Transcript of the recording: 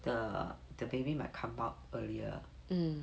the the baby might come out earlier